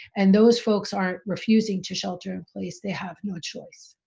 and those folks aren't refusing to shelter-in-place, they have no choice.